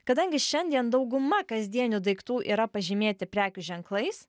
kadangi šiandien dauguma kasdienių daiktų yra pažymėti prekių ženklais